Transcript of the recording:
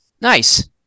Nice